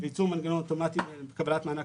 צמצום המנגנון האוטומטי בקבלת מענק